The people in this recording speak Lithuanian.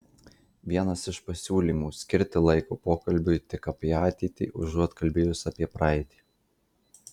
vienas iš pasiūlymų skirti laiko pokalbiui tik apie ateitį užuot kalbėjus apie praeitį